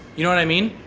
you know what i mean?